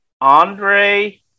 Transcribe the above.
Andre